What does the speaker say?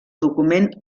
document